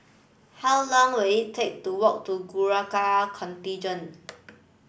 how long will it take to walk to Gurkha Contingent